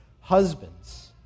husbands